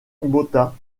botha